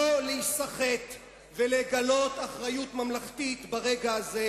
לא להיסחט ולגלות אחריות ממלכתית ברגע הזה,